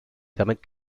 damit